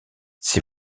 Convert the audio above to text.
ces